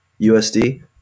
USD